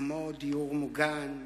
כמו דיור מוגן,